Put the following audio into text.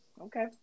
Okay